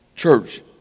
church